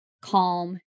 calm